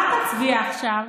מה תצביע עכשיו?